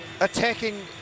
attacking